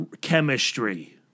chemistry